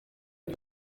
byo